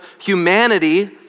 humanity